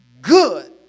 good